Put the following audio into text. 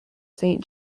saint